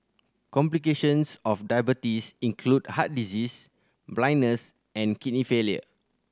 complications of diabetes include heart disease blindness and kidney failure